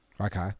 Okay